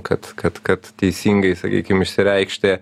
kad kad kad teisingai sakykim išsireikšti